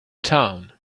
town